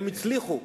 והם הצליחו,